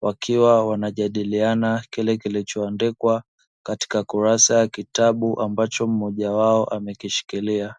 wakiwa wanajadiliana kile kilichoandikwa katika kurasa ya kitabu ambacho mmojawao amekishikilia.